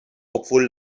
obwohl